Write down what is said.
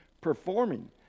performing